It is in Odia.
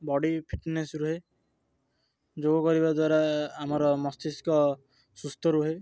ବଡ଼ି ଫିଟନେସ୍ ରୁହେ ଯୋଗ କରିବା ଦ୍ୱାରା ଆମର ମସ୍ତିଷ୍କ ସୁସ୍ଥ ରୁହେ